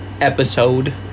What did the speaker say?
episode